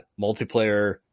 Multiplayer